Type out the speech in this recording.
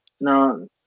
no